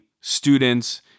students